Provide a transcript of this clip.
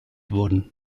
wurden